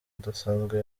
udasanzwe